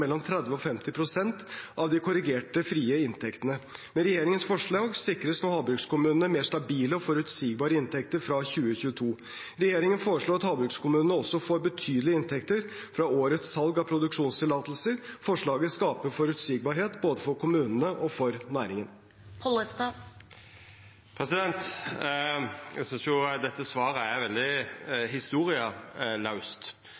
mellom 30 og 50 pst. av de korrigerte, frie inntektene. Med regjeringens forslag sikres nå havbrukskommunene mer stabile og forutsigbare inntekter fra 2022. Regjeringen foreslår at havbrukskommunene også får betydelige inntekter fra årets salg av produksjonstillatelser. Forslaget skaper forutsigbarhet for både kommunene og næringen. Eg synest dette svaret er veldig